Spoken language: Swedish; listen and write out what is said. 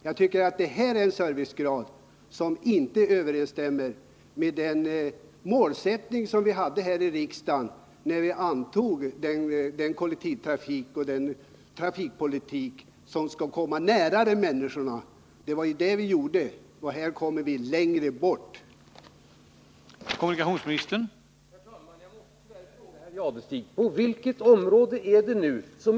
Jag tycker inte att den servicegrad vi nu har överensstämmer med den målsättning som vi hade här i riksdagen när vi tog beslutet om en kollektivtrafik och en trafikpolitik som skall vara närmare människorna. Det var ju vad vi syftade till. Med nuvarande politik kommer vi i stället längre bort från människorna.